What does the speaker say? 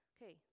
Okay